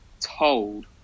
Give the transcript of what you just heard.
told